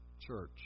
church